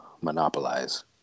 monopolize